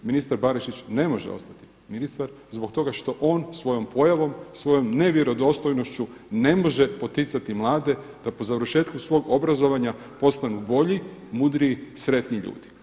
Ministar Barišić ne može ostati ministar zbog toga što on svojom pojavom, svojom nevjerodostojnošću ne može poticati mlade da po završetku svog obrazovanja postanu bolji, mudriji, sretni ljudi.